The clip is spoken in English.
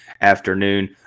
afternoon